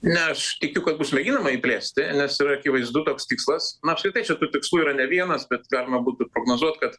ne aš tikiu kad bus mėginama jį plėsti nes yra akivaizdu toks tikslas nu apskritai čia tų tikslų yra ne vienas bet galima būtų ir prognozuot kad